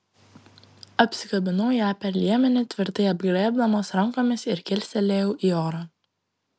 apsikabinau ją per liemenį tvirtai apglėbdamas rankomis ir kilstelėjau į orą